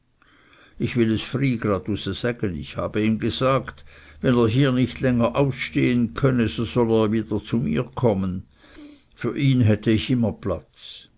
ich will es fry graduse säge ich habe ihm gesagt wenn er es hier nicht länger aus stehen könne so solle er wieder zu mir kommen für ihn hätte ich immer platz